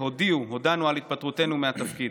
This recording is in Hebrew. הודענו על התפטרותנו מהתפקיד.